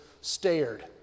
stared